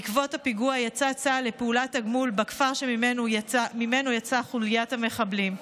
בעקבות הפיגוע יצא צה"ל לפעולת תגמול בכפר שממנו יצאה חוליית המחבלים.